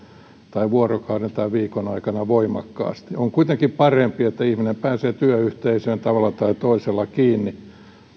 tai vuorokauden tai viikon aikana voimakkaasti on kuitenkin parempi että ihminen pääsee työyhteisöön tavalla tai toisella kiinni